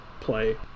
play